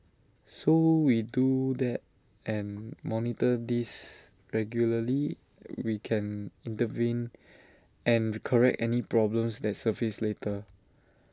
so we do that and monitor this regularly we can intervene and correct any problems that surface later